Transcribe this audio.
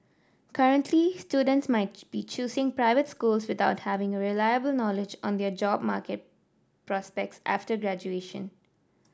currently students might be choosing private schools without having a reliable knowledge on their job market prospects after graduation